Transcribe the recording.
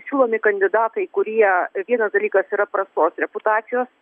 siūlomi kandidatai kurie vienas dalykas yra prastos reputacijos